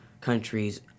countries